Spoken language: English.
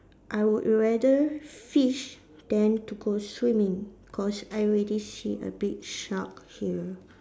I would rather fish than to go swimming cause I already see a big shark here